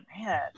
man